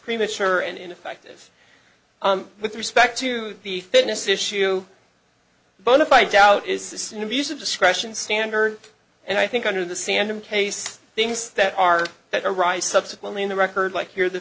premature and ineffective with respect to the fairness issue but if i doubt it's new views of discretion standard and i think under the sand in case things that are that arise subsequently in the record like here the